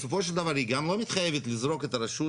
בסופו של דבר היא גם לא מתחייבת לזרוק את הרשות,